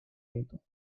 content